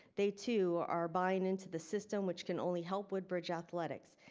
they too are buying into the system, which can only help woodbridge athletics.